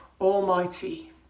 almighty